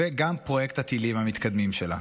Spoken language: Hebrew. וגם פרויקט הטילים המתקדמים שלה.